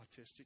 autistic